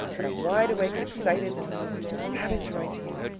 but i'm wide awake and excited and having to write to you.